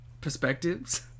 perspectives